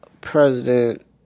president